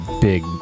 big